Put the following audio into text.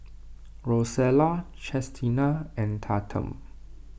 Rosella Chestina and Tatum